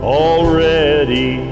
already